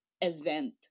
event